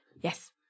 Yes